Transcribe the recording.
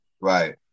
Right